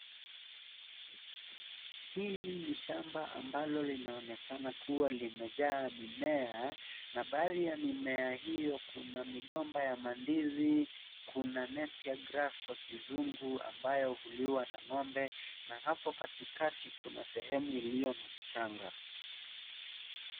Hili ni shamba ambalo linaonekana kuwa limejaa mimea na baadhi ya mimea hio kuna migomba ya mandizi, kuna nappier grass kwa kizungu ambayo huliwa na ng'ombe, na hapo katikati kuna sehemu ilio na mchanga.